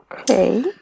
Okay